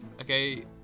Okay